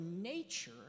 nature